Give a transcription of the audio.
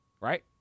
Right